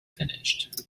finished